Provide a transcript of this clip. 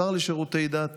השר לשירותי דת